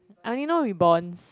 I only know Reebonz